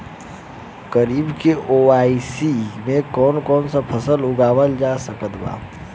खरीब के बोआई मे कौन कौन फसल उगावाल जा सकत बा?